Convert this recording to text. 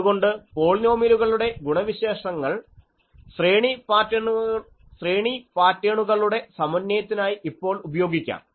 അതുകൊണ്ട് പോളിനോമിയലുകളുടെ ഗുണവിശേഷങ്ങൾ ശ്രേണി പാറ്റേണുകളുടെ സമന്വയത്തിനായി ഇപ്പോൾ ഉപയോഗിക്കാം